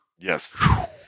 Yes